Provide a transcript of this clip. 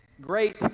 great